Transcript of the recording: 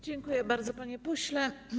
Dziękuję bardzo, panie pośle.